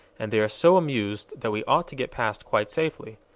and they are so amused that we ought to get past quite safely.